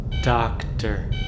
Doctor